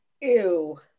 ew